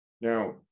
Now